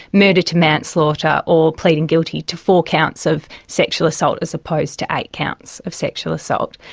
murder to manslaughter, or pleading guilty to four counts of sexual assault as opposed to eight counts of sexual assault,